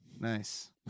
Nice